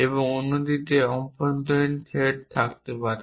এবং অন্যটির অভ্যন্তরীণ থ্রেড থাকতে পারে